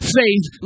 faith